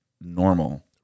normal